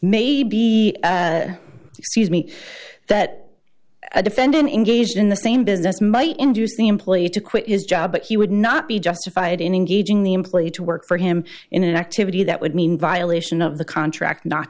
may be excuse me that a defendant engaged in the same business might induce the employee to quit his job but he would not be justified in engaging the employee to work for him in an activity that would mean violation of the contract no